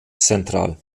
central